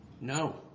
No